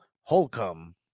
Holcomb